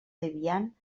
debian